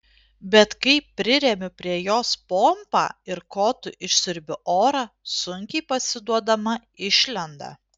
bet kai priremiu prie jos pompą ir kotu išsiurbiu orą sunkiai pasiduodama išlenda